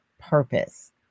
purpose